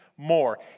More